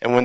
and when the